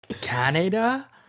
Canada